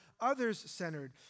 others-centered